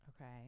okay